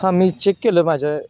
हां मी चेक केलं माझं